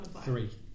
Three